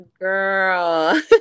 Girl